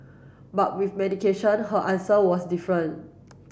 but with medication her answer was different